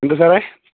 എന്താണ് സാറേ